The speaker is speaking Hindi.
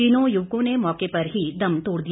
तीनों युवकों ने मौके पर ही दम तोड़ दिया